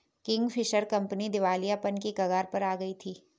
Kingfisher company दिवालियापन की कगार पर आ गई थी